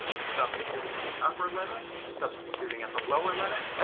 substituting at the upper limit, substituting at the lower limit,